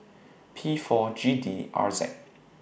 P four G D R Z